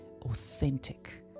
authentic